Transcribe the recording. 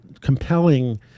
compelling